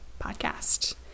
podcast